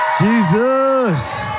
Jesus